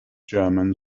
german